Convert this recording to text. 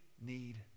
need